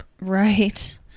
right